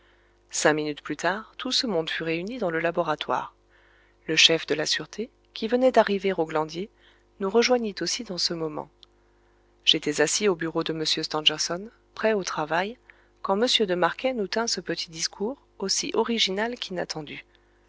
cinq minutes plus tard tout ce monde fut réuni dans le laboratoire le chef de la sûreté qui venait d'arriver nous rejoignit aussi dans ce moment j'étais assis au bureau de m stangerson prêt au travail quand m de marquet nous tint ce petit discours aussi original qu'inattendu